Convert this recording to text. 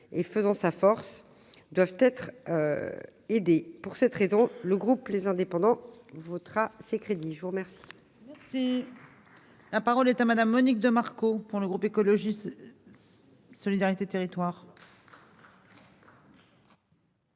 et faisant sa force doivent être aidés pour cette raison le groupe les indépendants votera ces crédits jour. Merci